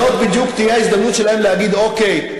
זאת בדיוק תהיה ההזדמנות שלהם להגיד: אוקיי,